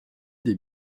des